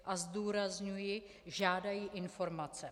A zdůrazňuji, žádají informace.